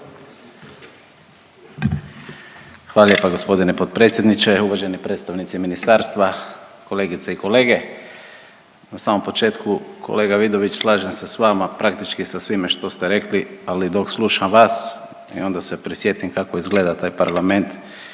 Hvala lijepa g. potpredsjedniče. Uvaženi predstavnici ministarstva, kolegice i kolege. Na samom početku kolega Vidović slažem se s vama, praktički sa svime što ste rekli, ali dok slušam vas i onda se prisjetim kako izgleda taj Parlament